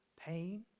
pain